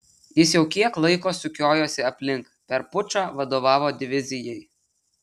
jis jau kiek laiko sukiojosi aplink per pučą vadovavo divizijai